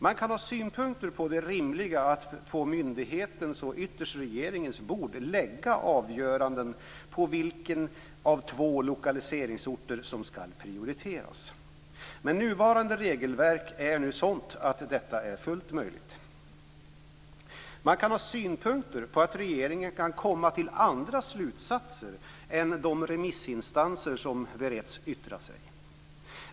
Man kan ha synpunkter på det rimliga i att på myndigheters och ytterst regeringens bord lägga avgöranden om vilken av två lokaliseringsorter som skall prioriteras. Men nuvarande regelverk är nu sådant att detta är fullt möjligt. Man kan ha synpunkter på att regeringen kan komma fram till andra slutsatser än de vad de remissinstanser som har beretts tillfälle att yttra sig har gjort.